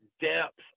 depth